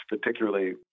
particularly